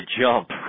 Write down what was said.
jump